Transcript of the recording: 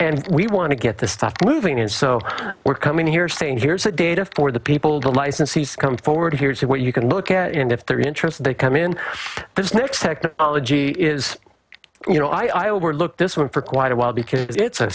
and we want to get this stuff to moving and so we're coming here saying here's the data for the people the licensees come forward here's what you can look at and if they're interested they come in this next technology is you know i overlooked this one for quite a while because it's a